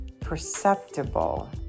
perceptible